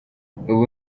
ubu